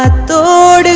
ah door